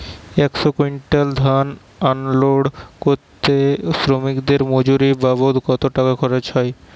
একশো কুইন্টাল ধান আনলোড করতে শ্রমিকের মজুরি বাবদ কত টাকা খরচ হয়?